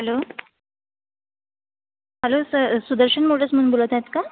hello hello sir Sudarshan मोटर्समधून बोलत आहेत का